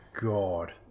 God